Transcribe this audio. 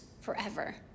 forever